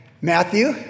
Matthew